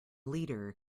leader